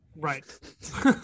Right